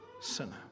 sinner